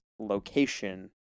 location